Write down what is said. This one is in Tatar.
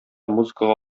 музыкага